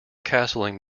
castling